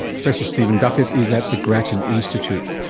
professor stephen duckett is at the grattan institute.